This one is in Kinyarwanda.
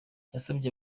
yasabye